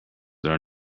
are